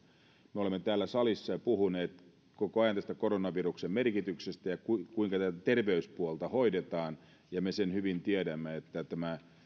me olemme täällä salissa jo puhuneet koko ajan koronaviruksen merkityksestä ja siitä kuinka tätä terveyspuolta hoidetaan ja me tiedämme hyvin sen että tämä